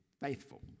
faithful